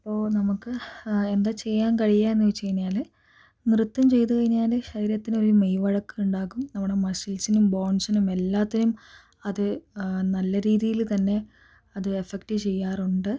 അപ്പോൾ നമുക്ക് എന്താ ചെയ്യാൻ കഴിയുകയെന്ന് ചോദിച്ചു കഴിഞ്ഞാൽ നൃത്തം ചെയ്തു കഴിഞ്ഞാൽ ശരീരത്തിന് ഒരു മെയ്വഴക്കം ഉണ്ടാകും നമ്മുടെ മസിൽസിനും ബോൺസിനും എല്ലാത്തിനും അത് നല്ല രീതിയിൽ തന്നെ അത് എഫ്ഫെക്ട് ചെയ്യാറുണ്ട്